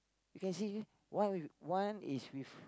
you can see why one is with